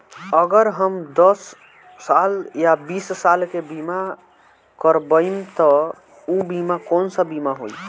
अगर हम दस साल या बिस साल के बिमा करबइम त ऊ बिमा कौन सा बिमा होई?